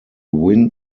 wind